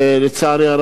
לצערי הרב,